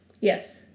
Yes